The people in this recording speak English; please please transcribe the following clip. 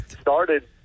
started